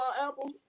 Apple